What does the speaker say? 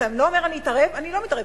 אתה לא אומר: אני אתערב, אני לא מתערב.